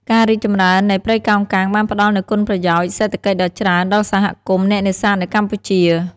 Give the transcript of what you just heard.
ការរីកចម្រើននៃព្រៃកោងកាងបានផ្តល់នូវគុណប្រយោជន៍សេដ្ឋកិច្ចដ៏ច្រើនដល់សហគមន៍អ្នកនេសាទនៅកម្ពុជា។